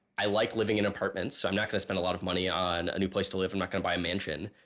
i like living in apartments, so i'm not gonna spend lot of money on a new place to live, i'm not gonna buy a mansion.